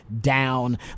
down